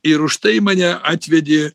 ir už tai mane atvedė